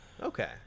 Okay